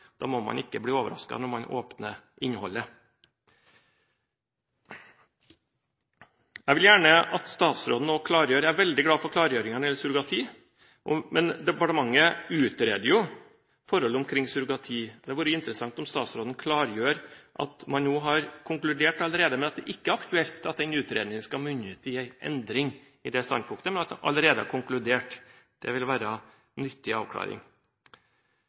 Da må man ikke bli overrasket når man åpner innholdet. Jeg er veldig glad for klargjøringen når det gjelder surrogati, men departementet utreder jo forholdene omkring surrogati. Det hadde vært interessant om statsråden kunne klargjøre at man nå allerede har konkludert med at det ikke er aktuelt at den utredningen skal munne ut i en endring i det standpunktet, men at det allerede er konkludert. Det ville være en nyttig avklaring.